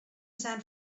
san